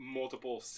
multiple